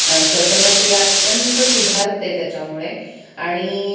श्वसनक्रिया अत्यंत सुधारते त्याच्यामुळे आणि